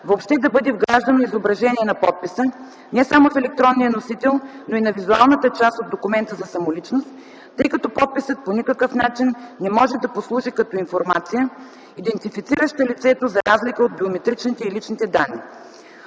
въобще да бъде вграждано изображение на подписа не само в електронния носител, но и на визуалната част от документа за самоличност, тъй като подписът по никакъв начин не може да послужи като информация, идентифицираща лицето за разлика от биометричните и личните данни.